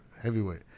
heavyweight